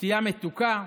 שתייה מתוקה,